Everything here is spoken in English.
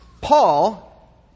Paul